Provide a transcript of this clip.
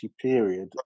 period